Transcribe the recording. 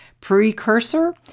precursor